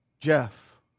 Jeff